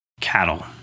cattle